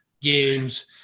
games